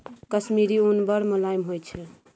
कश्मीरी उन बड़ मोलायम होइ छै